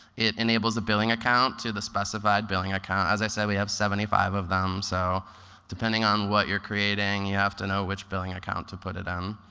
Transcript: it enables a billing account to the specified billing account. as i said we have seventy five of them, so depending on what you're creating you have to know which billing account to put it in.